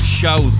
show